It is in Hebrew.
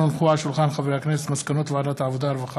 מאת חברי הכנסת חמד עמאר,